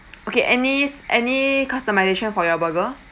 okay any any customisation for your burger